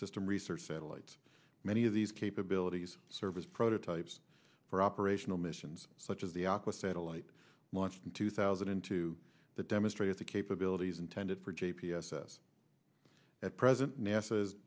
system research satellites many of these capabilities service prototypes for operational missions such as the aqua satellite launched in two thousand and two that demonstrate the capabilities intended for g p s s at present nasa is